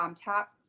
top